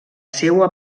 seua